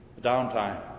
downtime